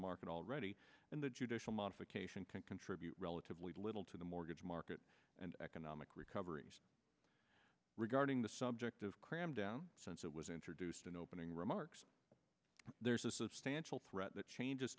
market already and the judicial modification can contribute relatively little to the mortgage market and economic recovery regarding the subject of cram down since it was introduced in opening remarks there's a substantial pret that changes